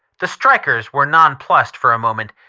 the strikers were nonplussed for a moment.